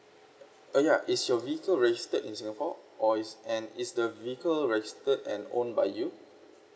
uh ya is your vehicle registered in singapore or is and is the vehicle registered and owned by you